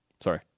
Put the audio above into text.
Sorry